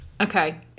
Okay